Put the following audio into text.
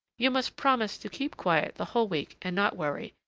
you must promise to keep quiet the whole week and not worry,